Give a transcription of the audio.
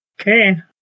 Okay